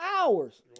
hours